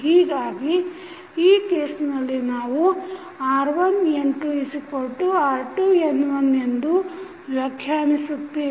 ಹೀಗಾಗಿ ಈ ಕೇಸ್ನಲ್ಲಿ ನಾವು r1N2r2N1 ಎಂದು ವ್ಯಾಖ್ಯಾನಿಸುತ್ತೇವೆ